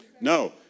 No